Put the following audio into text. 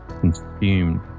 consumed